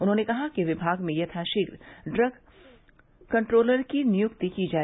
उन्होंने कहा कि विभाग में यथाशीघ्र ड्रग कण्ट्रोलर की नियुक्ति की जाए